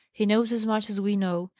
he knows as much as we know,